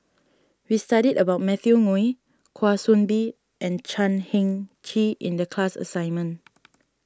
we studied about Matthew Ngui Kwa Soon Bee and Chan Heng Chee in the class assignment